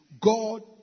God